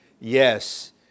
Yes